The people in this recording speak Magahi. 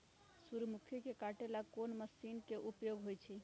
सूर्यमुखी के काटे ला कोंन मशीन के उपयोग होई छइ?